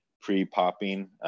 pre-popping